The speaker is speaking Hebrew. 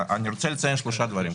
אני רוצה לציין שלושה דברים.